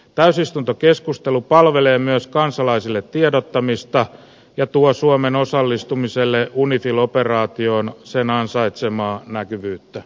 täysistuntokeskustelu palvelee myös kansalaisille tiedottamista ja tuo suomen osallistumiselle unifil operaatioon sen ansaitsemaa näkyvyyttä